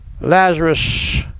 Lazarus